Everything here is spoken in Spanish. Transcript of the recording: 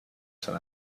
san